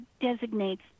designates